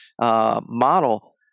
model